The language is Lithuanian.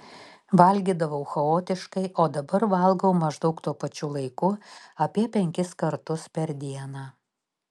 valgydavau chaotiškai o dabar valgau maždaug tuo pačiu laiku apie penkis kartus per dieną